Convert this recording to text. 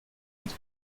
und